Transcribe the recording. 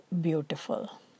beautiful